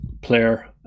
player